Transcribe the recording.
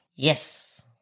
Yes